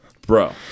bro